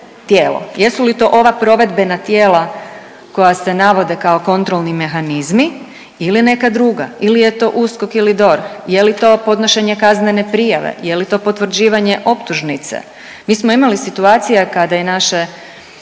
Jesu li to ova provedbena tijela koja se navode kao kontrolni mehanizmi ili neka druga ili je to USKOK ili DORH? Je li to podnošenje kaznene prijave? Je li to potvrđivanje optužnice? Mi smo imali situacija kada naše